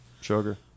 sugar